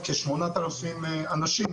אנחנו מאבדים כ-8,000 אנשים